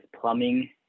plumbing